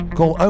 Call